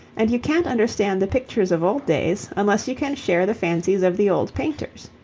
and you can't understand the pictures of old days unless you can share the fancies of the old painters.